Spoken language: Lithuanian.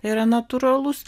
yra natūralus